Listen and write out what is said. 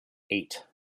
eight